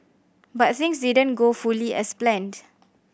but things didn't go fully as planned